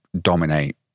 dominate